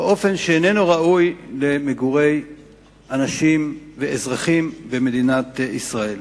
ואיננו ראוי למגורי אנשים ואזרחים במדינת ישראל.